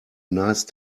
nice